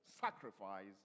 sacrifice